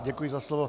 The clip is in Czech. Děkuji za slovo.